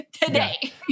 today